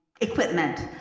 equipment